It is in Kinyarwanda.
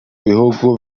bihugu